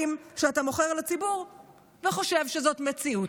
שאתה מוכר לציבור וחושב שזאת מציאות.